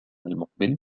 المقبل